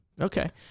Okay